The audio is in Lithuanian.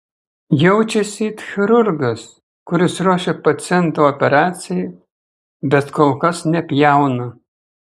jaučiausi it chirurgas kuris ruošia pacientą operacijai bet kol kas nepjauna